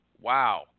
Wow